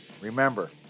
Remember